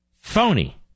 phony